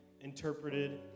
interpreted